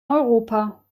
europa